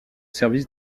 service